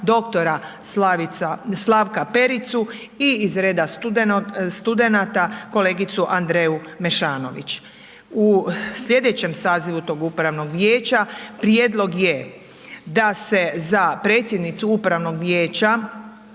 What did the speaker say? doktora Slavka Pericu i iz reda studenata kolegicu Andrea Mešanović. U sljedećem sazivu tog Upravnog vijeća, prijedlog je da se za predsjednicu Upravnog vijeća